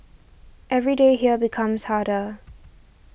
every day here becomes harder